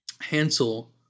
Hansel